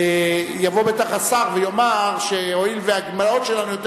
יבוא בטח השר ויאמר שהואיל והגמלאות שלנו יותר